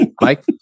Mike